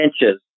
inches